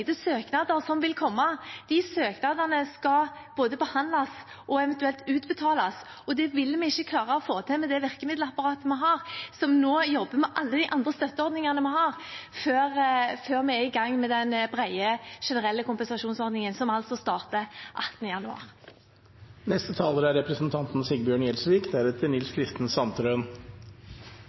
søknader som vil komme. De søknadene skal både behandles og eventuelt utbetales, og det vil vi ikke klare å få til med det virkemiddelapparatet vi har, som nå jobber med alle de andre støtteordningene vi har, før vi er i gang med den brede, generelle kompensasjonsordningen, som altså starter 18. januar. Representanten Sigbjørn Gjelsvik